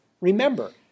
Remember